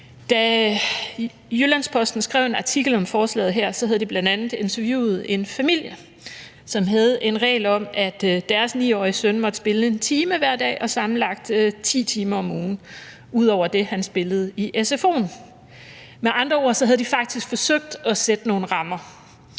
Da Jyllands-Posten skrev en artikel om forslaget her, havde de bl.a. interviewet en familie, som havde en regel om, at deres 9-årige søn måtte spille 1 time hver dag og sammenlagt 10 timer om ugen, ud over det, han spillede i sfo'en. Med andre ord havde de faktisk forsøgt at sætte nogle rammer.